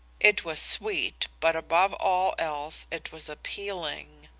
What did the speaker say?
it was sweet but above all else it was appealing.